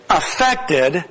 affected